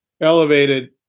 elevated